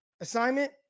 assignment